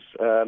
Yes